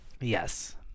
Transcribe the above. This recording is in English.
Yes